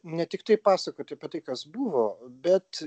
ne tiktai pasakoti apie tai kas buvo bet